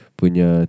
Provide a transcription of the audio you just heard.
punya